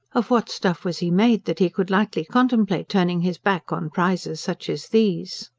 of what stuff was he made, that he could lightly contemplate turning his back on prizes such as these?